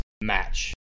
match